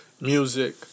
music